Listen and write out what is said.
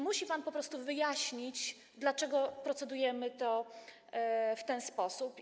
Musi pan po prostu wyjaśnić, dlaczego procedujemy nad tym w ten sposób.